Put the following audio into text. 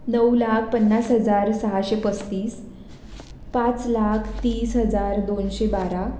नऊ लाख पन्नास हजार सहाशे पस्तीस पाच लाख तीस हजार दोनशे बारा